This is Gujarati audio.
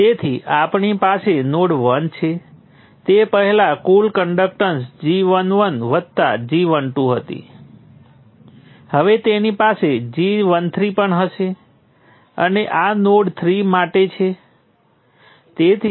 તેથી મારે માઈનસ I12 વત્તા I22 વત્તા I13 બરાબર 0 લખવું પડશે કારણ કે કોઈ સ્વતંત્ર કરંટ સ્રોત નોડ 2 માં દાખલ થતો નથી ફરીથી મને માઈનસ I22 ની કિંમત ખબર નથી I22 અને I13 ને હું જૂના રેઝિસ્ટર મૂલ્યો સાથે સંબંધિત હોઈ શકે